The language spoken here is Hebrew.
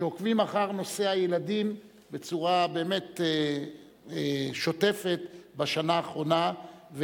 שעוקבים אחר נושא הילדים בצורה באמת שוטפת בשנה האחרונה,